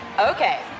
Okay